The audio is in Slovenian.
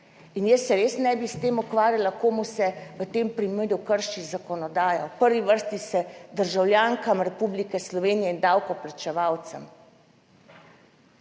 in jaz se res ne bi s tem ukvarjala komu se v tem primeru krši zakonodajo? V prvi vrsti se državljankam Republike Slovenije in davkoplačevalcem.